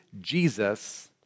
Jesus